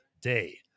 day